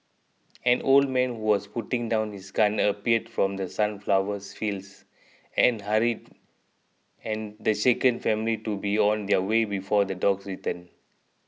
an old man who was putting down his gun appeared from The Sunflowers fields and hurried and the shaken family to be on their way before the dogs return